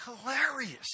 hilarious